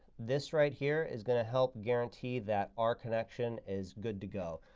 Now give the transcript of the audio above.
this right here is going to help guarantee that our connection is good to go.